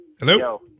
Hello